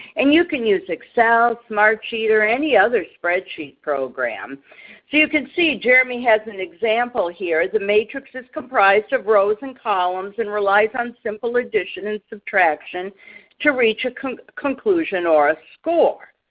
and you can use excel, smartsheet, or any other spreadsheet program. so you can see jeremy has an example here. the matrix is comprised of rows and columns and relies on simple addition and subtraction to reach a conclusion or a score.